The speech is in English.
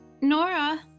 Nora